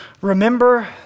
Remember